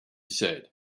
said